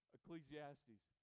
Ecclesiastes